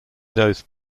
those